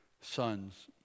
son's